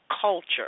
culture